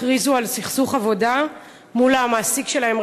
הכריזו על סכסוך עבודה מול המעסיק שלהם,